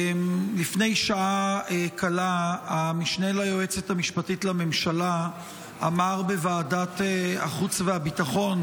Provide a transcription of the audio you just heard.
לפני שעה קלה המשנה ליועצת המשפטית לממשלה אמר בוועדת החוץ והביטחון,